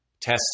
Test